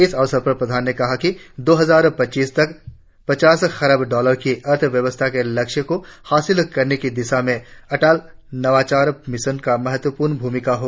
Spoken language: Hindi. इस अवसर पर प्रधान ने कहा कि दो हजार पच्चीस तक पचास खरब डॉलर की अर्थव्यवस्था के लक्ष्य को हासिल करने की दिशा में अटल नवाचार मिशन की महत्वपूर्ण भूमिका है